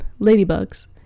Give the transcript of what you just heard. Ladybugs